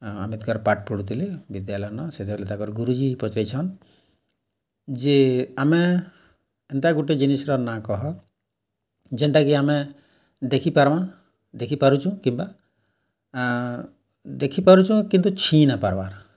ଅମ୍ବେଦକର ପାଠ୍ ପଢ଼ୁଥିଲେ ବିଦ୍ୟାଳୟ ନ ସେତେବେଲେ ତାଙ୍କର୍ ଗୁରୁଜୀ ପଚ୍ରେଇଛନ୍ ଯେ ଆମେ ଏନ୍ତା ଗୁଟେ ଜିନିଷ୍ର ନାଁ କହ ଯେନ୍ଟାକି ଆମେ ଦେଖିପାର୍ମା ଦେଖିପାରୁଛୁଁ କିମ୍ବା ଦେଖିପାରୁଛୁଁ କିନ୍ତୁ ଛିଁ ନାଇ ପାର୍ବାର୍